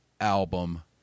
album